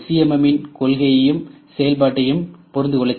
M இன் கொள்கையையும் செயல்பாட்டையும் புரிந்து கொள்ளச் செய்தல்